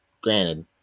Granted